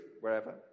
wherever